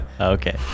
Okay